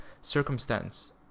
circumstance